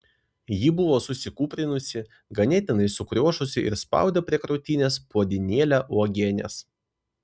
ji buvo susikūprinusi ganėtinai sukriošusi ir spaudė prie krūtinės puodynėlę uogienės